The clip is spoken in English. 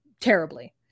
terribly